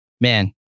Man